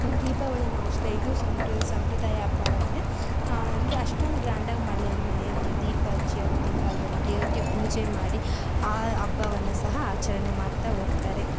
ದೀಪಾವಳಿಯೂ ಅಷ್ಟೇ ಇದು ಸಂಪ್ರ ಸಂಪ್ರದಾಯ ಹಬ್ಬವಾಗಿದೆ ಅಂದರೆ ಅಷ್ಟೊಂದು ಗ್ರ್ಯಾಂಡಾಗಿ ಮಾಡಲ್ಲ ಅಂದರೂ ಮನೆಯಲ್ಲಿ ದೀಪ ಹಚ್ಚಿ ಅವತ್ತಿನ ಕಾಲದಲ್ಲಿ ದೇವ್ರಿಗೆ ಪೂಜೆ ಮಾಡಿ ಆ ಹಬ್ಬವನ್ನು ಸಹ ಆಚರಣೆ ಮಾಡ್ತಾ ಹೋಗ್ತಾರೆ